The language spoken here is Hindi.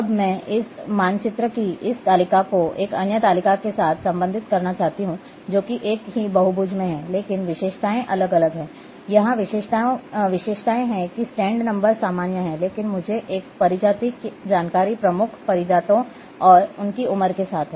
अब मैं इस मानचित्र की इस तालिका को एक अन्य तालिका के साथ संबंधित करना चाहता हूं जो कि एक ही बहुभुज भी है लेकिन विशेषताएँ अलग हैं यहाँ विशेषताएँ हैं कि स्टैंड नंबर सामान्य है लेकिन मुझे एक प्रजाति की जानकारी प्रमुख प्रजातियों और उनकी उम्र के साथ है